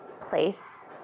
place